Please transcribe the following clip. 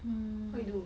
what you do